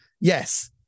Yes